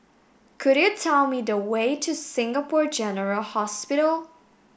could you tell me the way to Singapore General Hospital